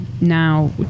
now